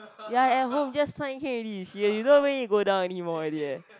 ya at home just sign can already serious you don't even need go down anymore already eh